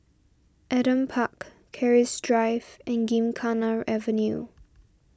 Adam Park Keris Drive and Gymkhana Avenue